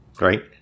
right